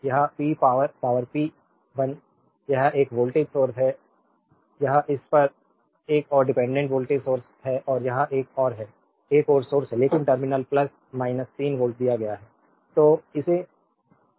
वह p power पावरp 1 यह एक वोल्टेज सोर्स है यह इस पर एक और डिपेंडेंट वोल्टेज सोर्स है और यह एक और है एक और सोर्स है लेकिन टर्मिनल 3 वोल्टेज दिया गया है